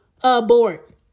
abort